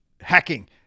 hacking